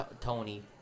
Tony